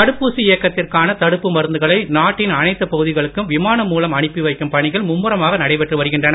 தடுப்பூசி இயக்கத்திற்கான தடுப்பு மருந்துகளை நாட்டின் அனைத்துப் பகுதிகளுக்கும் விமானம் மூலம் அனுப்பிவைக்கும் பணிகள் மும்முரமாக நடைபெற்று வருகின்றன